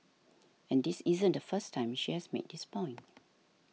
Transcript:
and this isn't the first time she has made this point